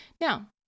Now